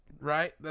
right